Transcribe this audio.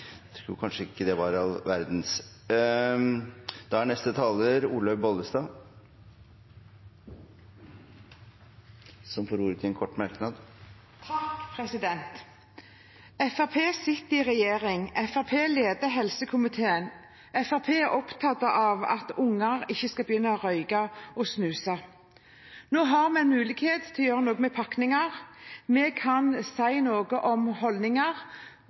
kanskje ikke det var all verdens. Representanten Olaug Bollestad har hatt ordet to ganger tidligere og får ordet til en kort merknad, begrenset til 1 minutt. Fremskrittspartiet sitter i regjering. Fremskrittspartiet leder helsekomiteen. Fremskrittspartiet er opptatt av at unger ikke skal begynne å røyke og snuse. Nå har vi mulighet til å gjøre noe med pakninger, vi kan si noe om holdninger,